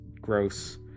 gross